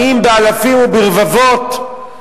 באים באלפים וברבבות,